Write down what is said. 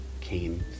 came